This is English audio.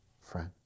friend